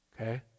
Okay